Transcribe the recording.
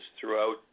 throughout